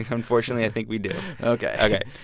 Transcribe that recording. ah unfortunately, i think we do ok ok.